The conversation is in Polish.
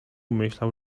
myślał